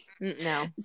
No